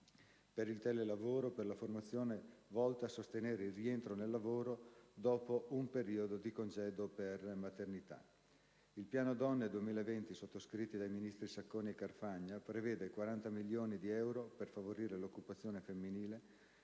per il telelavoro e per la formazione volta a sostenere il rientro nel lavoro dopo un periodo di congedo per maternità. Il Piano donne Italia 2020, sottoscritto dai ministri Sacconi e Carfagna, prevede 40 milioni di euro per favorire l'occupazione femminile